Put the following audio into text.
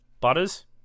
Butters